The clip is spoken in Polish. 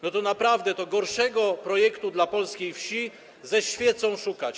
Naprawdę, gorszego projektu dla polskiej wsi ze świecą szukać.